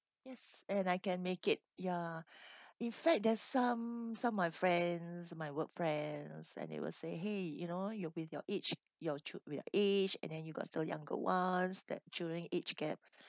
yes and I can make it ya in fact there's some some my friends my work friends and they will say !hey! you know you're with your age your child will age and then you got still younger ones that during age gap